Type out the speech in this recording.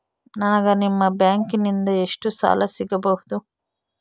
ನನಗ ನಿಮ್ಮ ಬ್ಯಾಂಕಿನಿಂದ ಎಷ್ಟು ಸಾಲ ಸಿಗಬಹುದು?